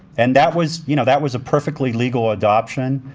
and that was, you know, that was a perfectly legal adoption.